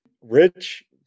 Rich